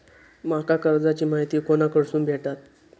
माका कर्जाची माहिती कोणाकडसून भेटात?